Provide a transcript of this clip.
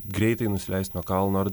greitai nusileist nuo kalno ar